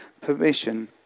permission